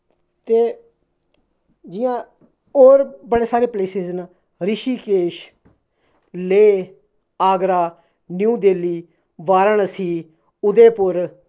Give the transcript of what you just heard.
ते जियां होर बड़े सारे प्लेसिस न रिशिकेश लेह् आगरा न्यू दिल्ली बारानसी उदयपुर